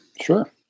Sure